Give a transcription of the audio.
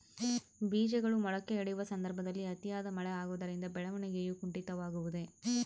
ಬೇಜಗಳು ಮೊಳಕೆಯೊಡೆಯುವ ಸಂದರ್ಭದಲ್ಲಿ ಅತಿಯಾದ ಮಳೆ ಆಗುವುದರಿಂದ ಬೆಳವಣಿಗೆಯು ಕುಂಠಿತವಾಗುವುದೆ?